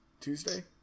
Tuesday